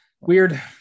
Weird